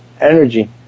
energy